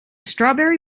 strawberry